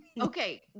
Okay